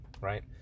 right